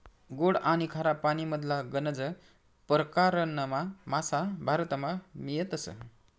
गोड आनी खारा पानीमधला गनज परकारना मासा भारतमा मियतस